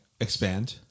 Expand